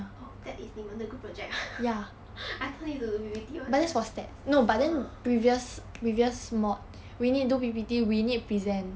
oh that is 你们的 group project ah I thought need to do P_P_T [one] sia ah